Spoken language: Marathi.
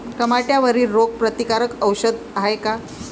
टमाट्यावरील रोग प्रतीकारक औषध हाये का?